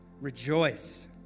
Rejoice